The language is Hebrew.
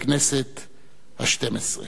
בכנסת השתים-עשרה.